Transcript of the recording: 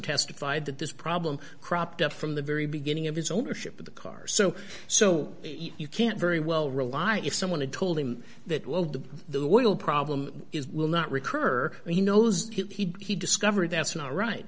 testified that this problem cropped up from the very beginning of his ownership of the cars so so you can't very well rely if someone had told him that will do the will problem is will not recur he knows he discovered that's not right